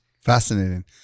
Fascinating